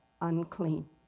unclean